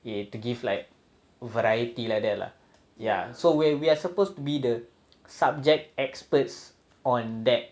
you need to give like variety like that lah ya so we are supposed to be the subject experts on that